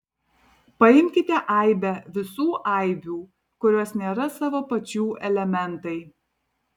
paimkite aibę visų aibių kurios nėra savo pačių elementai